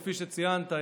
כפי שציינת,